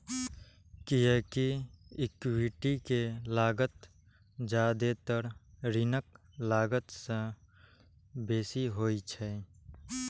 कियैकि इक्विटी के लागत जादेतर ऋणक लागत सं बेसी होइ छै